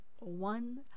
one